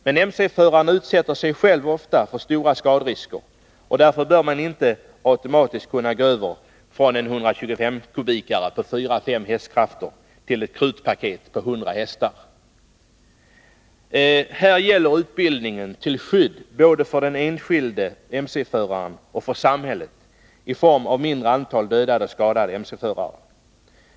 Men MC-förarna utsätter sig själva ofta för stora skaderisker, och därför bör man inte automatiskt kunna gå över från en 125-kubikare på 4 å 5 hästkrafter till ett krutpaket på 100 hästar. Här är utbildningen till skydd både för den enskilde MC-föraren och för samhället i form av ett mindre antal dödade och skadade MC-förare.